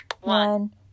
one